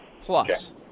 plus